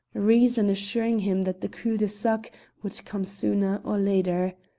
reason assuring him that the cul-de-sac would come sooner or later.